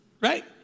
right